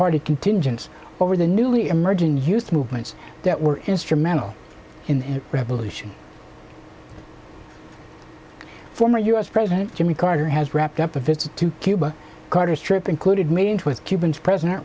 party contingence over the newly emerging used movements that were instrumental in revolution former u s president jimmy carter has wrapped up a visit to cuba carter's trip included meetings with cuban president